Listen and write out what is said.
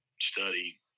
study